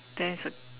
there is a